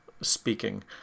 speaking